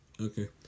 Okay